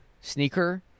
sneaker